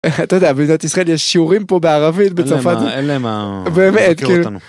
אתה יודע, במדינת ישראל יש שיעורים פה בערבית, בצרפתית. אלה מה... באמת, כאילו.